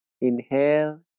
inhale